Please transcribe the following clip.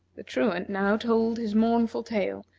the truant now told his mournful tale,